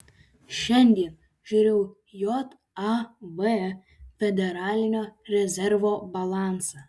šiandien žiūrėjau jav federalinio rezervo balansą